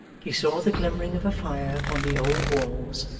he saw the glimmering of a fire upon the old walls,